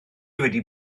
wedi